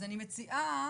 אז אני מציעה,